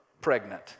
pregnant